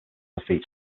defeat